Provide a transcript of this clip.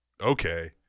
Okay